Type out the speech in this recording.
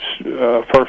first